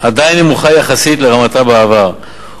עדיין נמוכה יחסית לרמתה בעבר,